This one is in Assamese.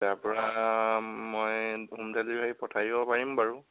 তাৰপৰা মই হোম ডেলিভাৰী পঠাই দিব পাৰিম বাৰু